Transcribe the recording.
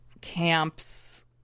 camps